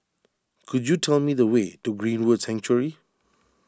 could you tell me the way to Greenwood Sanctuary